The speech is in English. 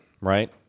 right